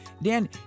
Dan